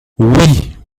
oui